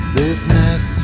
business